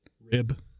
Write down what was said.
Rib